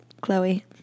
Chloe